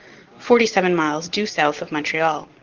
forty-seven miles due south of montreal.